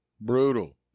Brutal